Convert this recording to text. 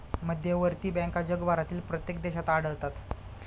मध्यवर्ती बँका जगभरातील प्रत्येक देशात आढळतात